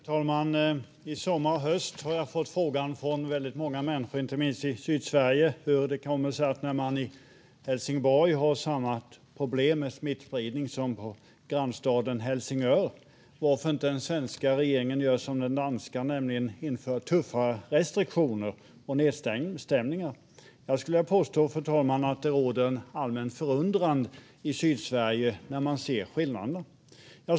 Fru talman! I Helsingborg har man samma problem med smittspridning som grannstaden Helsingör. Under sommaren och hösten har jag fått frågan från många människor inte minst i Sydsverige hur det kommer sig att den svenska regeringen inte gör som den danska, nämligen inför tuffare restriktioner och nedstängningar. Jag skulle vilja påstå, fru talman, att det råder en allmän förundran i Sydsverige när man ser skillnaderna.